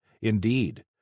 Indeed